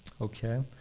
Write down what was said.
okay